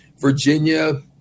Virginia